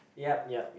yup yup yup